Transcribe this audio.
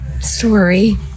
story